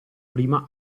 prima